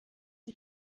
die